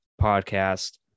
podcast